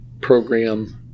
program